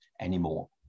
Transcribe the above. anymore